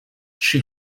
she